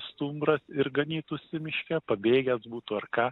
stumbras ir ganytųsi miške pabėgęs būtų ar ką